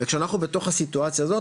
וכשאנחנו בתוך הסיטואציה הזאת,